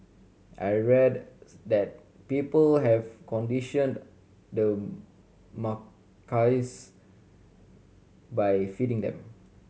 I read that people have conditioned the macaques by feeding them